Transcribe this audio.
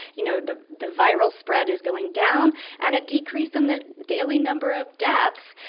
you know, the the viral spread is going down and a decrease in the daily number of deaths.